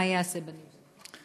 מה ייעשה בנידון?